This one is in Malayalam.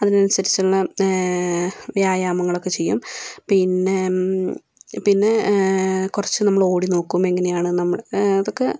അതിനനുസരിച്ചുള്ള വ്യായാമങ്ങളൊക്കെ ചെയ്യും പിന്നെ പിന്നെ കുറച്ച് നമ്മള് ഓടി നോക്കും എങ്ങനെയാണ് നമ്മള് അതൊക്കെ